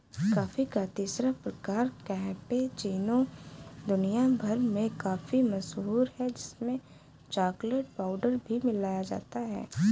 coffee का तीसरा प्रकार कैपेचीनो दुनिया भर में काफी मशहूर है जिसमें चॉकलेट पाउडर भी मिलाया जाता है